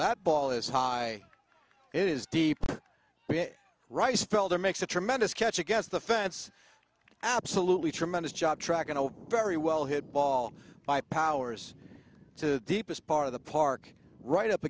that ball is high it is deep but rice felder makes a tremendous catch against the fats absolutely tremendous job tracking a very well hit ball by powers to deepest part of the park right up